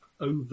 over